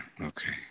okay